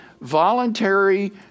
voluntary